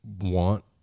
want